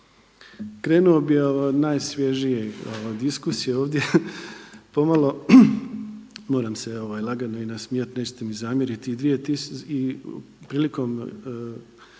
Krenuo bih od najsvježije diskusije ovdje pomalo. Moram se lagano i nasmijati, nećete mi zamjeriti. Prilikom